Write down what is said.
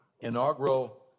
inaugural